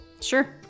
Sure